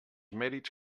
mèrits